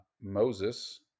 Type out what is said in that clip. Moses